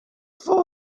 for